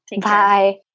Bye